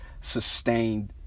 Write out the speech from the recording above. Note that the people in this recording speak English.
sustained